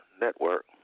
Network